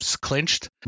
clinched